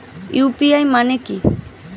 UPI মানে কি?